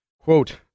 quote